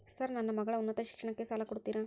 Sir ನನ್ನ ಮಗಳ ಉನ್ನತ ಶಿಕ್ಷಣಕ್ಕೆ ಸಾಲ ಕೊಡುತ್ತೇರಾ?